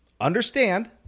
Understand